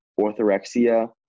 orthorexia